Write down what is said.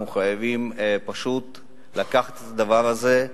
אנחנו חייבים לקחת את הדבר הזה,